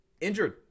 injured